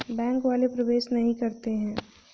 Bank वाले प्रवेश नहीं करते हैं?